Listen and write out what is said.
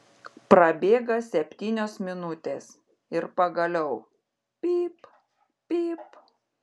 prabėga septynios minutės ir pagaliau pyp pyp